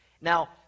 Now